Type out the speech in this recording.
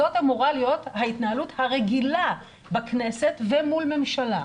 זו אמורה להיות ההתנהלות הרגילה בכנסת ומול ממשלה.